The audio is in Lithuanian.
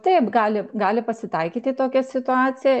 taip gali gali pasitaikyti tokia situacija